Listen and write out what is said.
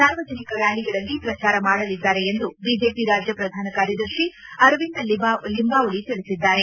ಸಾರ್ವಜನಿಕ ರ್ಕಾಲಿಗಳಲ್ಲಿ ಶ್ರಚಾರ ಮಾಡಲಿದ್ದಾರೆ ಎಂದು ಬಿಜೆಪಿ ರಾಜ್ಯ ಪ್ರಧಾನಕಾರ್ಯದರ್ಶಿ ಅರವಿಂದ ಲಿಂಬಾವಳಿ ತಿಳಿಸಿದ್ದಾರೆ